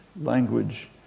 language